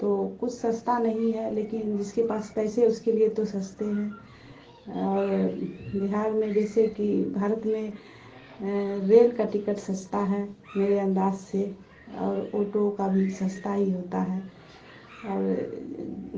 تو کچھ سستا نہیں ہے لیکن جس کے پاس پیسے اس کے لیے تو سستے ہیں اور بہار میں جیسے کہ بھارت میں ریل کا ٹکٹ سستا ہے میرے انداز سے اور آٹو کا بھی سستا ہی ہوتا ہے اور